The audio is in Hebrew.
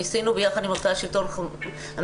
ניסינו ביחד עם מרכז השלטון המקומי,